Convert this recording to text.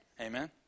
Amen